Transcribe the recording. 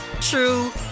true